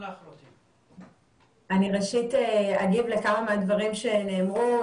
אני ראשית אגיב לכמה מהדברים שנאמרו,